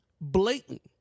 blatant